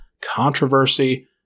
controversy